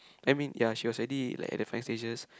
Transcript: I mean ya she was already like at the final stages